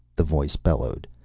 the voice bellowed.